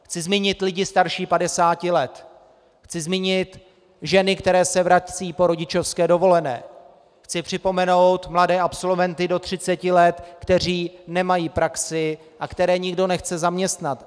Chci zmínit lidi starší padesáti let, chci zmínit ženy, které se vracejí po rodičovské dovolené, chci připomenout mladé absolventy do třiceti let, kteří nemají praxi a které nikdo nechce zaměstnat.